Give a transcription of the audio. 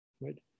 right